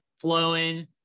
flowing